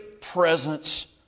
presence